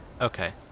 okay